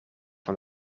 van